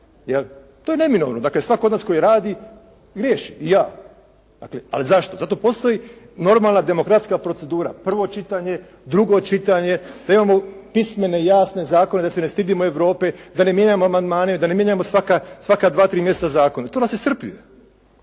to je neminovno. Dakle, svatko od nas tko radi griješi, i ja. Dakle, ali zašto? Zato postoji normalna demokratska procedura, prvo čitanje, drugo čitanje, da imamo pismene i jasne zakone, da se ne stidimo Europe, da ne mijenjamo amandmane, da ne mijenjamo svaka dva, tri mjeseca zakone. To nas iscrpljuje.